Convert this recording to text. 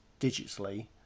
digitally